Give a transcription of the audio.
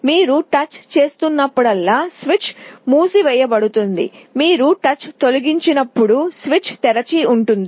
మీరు టచ్ చేసినప్పుడల్లా కొన్ని స్విచ్ మూసివేయబడుతుంది మీరు టచ్ను తొలగించినప్పుడు స్విచ్ తెరిచి ఉంటుంది